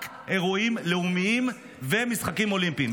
רק אירועים לאומיים ומשחקים אולימפיים.